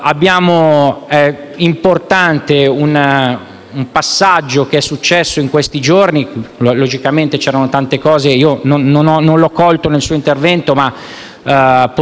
potrebbe essere alla vostra attenzione nei prossimi giorni la decisione degli Stati Uniti di spostare la propria ambasciata da Tel Aviv a Gerusalemme.